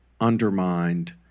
undermined